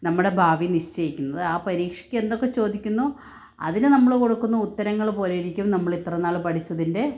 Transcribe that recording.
നമ്മുടെ ഭാവി നിശ്ചയിക്കുന്നത് ആ പരീക്ഷയ്ക്ക് എന്തൊക്കെ ചോദിക്കുന്നു അതിന് നമ്മൾ കൊടുക്കുന്ന ഉത്തരങ്ങൾ പോലെയിരിക്കും നമ്മൾ ഇത്ര നാൾ പഠിച്ചതിന്റെ